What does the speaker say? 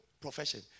profession